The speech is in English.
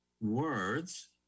words